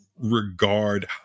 regard